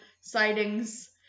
sightings